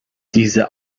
diese